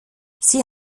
sie